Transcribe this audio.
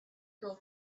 girl